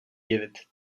divit